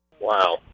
Wow